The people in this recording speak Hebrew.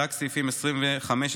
רק סעיפים 26-25,